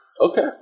Okay